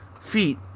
feet